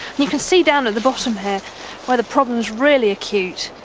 you can see down at the bottom here where the problem is really acute.